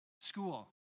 school